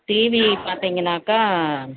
TV பார்த்திங்கன்னாக்க